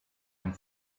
and